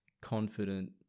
confident